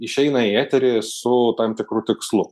išeina į eterį su tam tikru tikslu